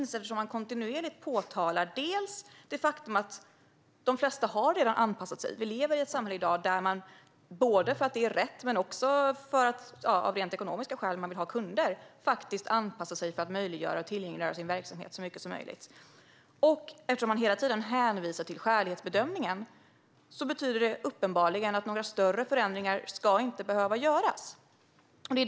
Som man påpekar har de flesta redan anpassat sig. Vi lever i ett samhälle där man, både för att det är rätt och för att man av ekonomiska skäl vill ha kunder, anpassar sig för att tillgängliggöra sin verksamhet så mycket som möjligt. Eftersom man hela tiden hänvisar till skälighetsbedömningen betyder det att inga större förändringar ska behöva göras.